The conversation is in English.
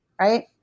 right